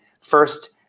first